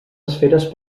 esferes